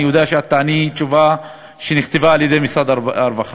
אני יודע שאת תעני תשובה שנכתבה על-ידי משרד הרווחה,